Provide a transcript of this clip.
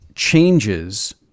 changes